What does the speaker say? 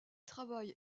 travaille